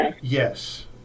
Yes